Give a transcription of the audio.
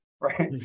right